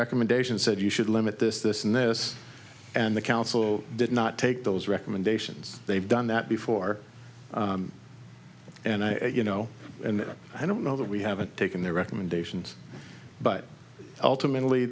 recommendations said you should limit this this and this and the council did not take those recommendations they've done that before and i you know i don't know that we haven't taken the recommendations but ultimately